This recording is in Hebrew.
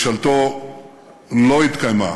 משאלתו לא התקיימה